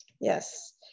Yes